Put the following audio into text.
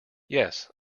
yes